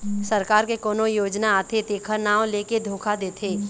सरकार के कोनो योजना आथे तेखर नांव लेके धोखा देथे